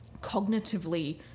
cognitively